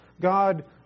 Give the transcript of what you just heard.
God